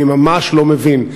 אני ממש לא מבין.